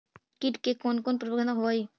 किट के कोन कोन प्रबंधक होब हइ?